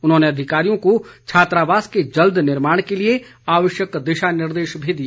उन्होंने अधिकारियों को छात्रावास के जल्द निर्माण के लिए आवश्यक दिशा निर्देश भी दिए